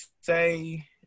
say